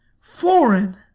foreign